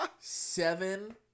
seven